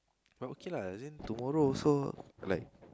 but okay lah then tomorrow also like